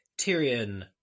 Tyrion